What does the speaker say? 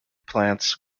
plants